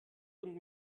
und